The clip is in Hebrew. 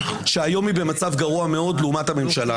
שהיום היא במצב גרוע מאוד לעומת הממשלה.